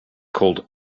called